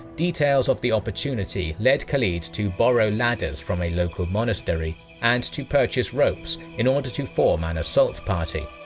details of the opportunity led khalid to borrow ladders from a local monastery and to purchase ropes in order to form an assault party.